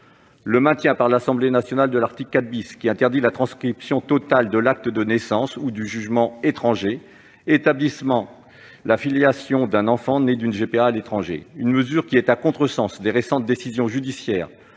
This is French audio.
regrets. L'Assemblée nationale a maintenu l'article 4 , qui interdit la transcription totale de l'acte de naissance ou du jugement étranger établissant la filiation d'un enfant né d'une GPA à l'étranger. Cette mesure est à contresens des récentes décisions judiciaires,